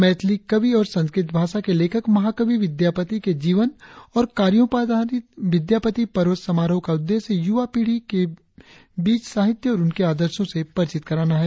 मैथिली कवि और संस्कृत भाषा के लेखक महाकवि विद्यापति के जीवन और कार्यो पर आधारित विद्यापति पर्व समारोह का उद्देश्य युवा पीढ़ी के बीच साहित्य और उनके आदर्शो से परिचित कराना है